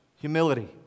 humility